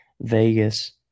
Vegas